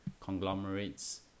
conglomerates